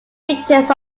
victims